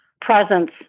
presence